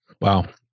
Wow